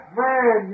man